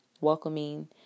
welcoming